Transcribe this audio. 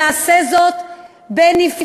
יעשה זאת בנפרד,